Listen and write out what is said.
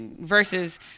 versus